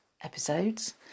episodes